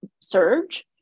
surge